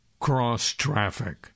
cross-traffic